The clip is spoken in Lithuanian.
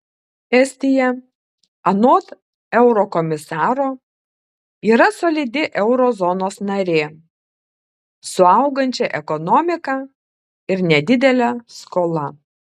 estija anot eurokomisaro yra solidi euro zonos narė su augančia ekonomika ir nedidele skola